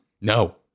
No